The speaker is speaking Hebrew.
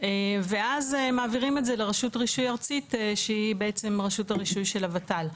ואז מעבירים את זה לרשות רישוי ארצית שהיא בעצם רשות הרישוי של הוות"ל,